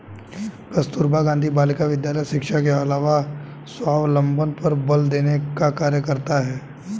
कस्तूरबा गाँधी बालिका विद्यालय शिक्षा के अलावा स्वावलम्बन पर बल देने का कार्य करता है